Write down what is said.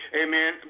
amen